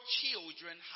children